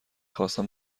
خواستم